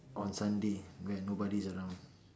on Sunday when nobody is around